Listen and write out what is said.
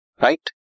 right